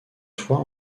toit